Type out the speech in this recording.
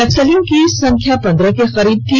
नक्सलियों की संख्या पंद्रह के करीब थी